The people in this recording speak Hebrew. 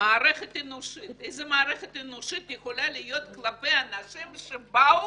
מערכת אנושית איזו מערכת אנושית יכולה להיות כלפי אנשים שבאו